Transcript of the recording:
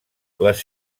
les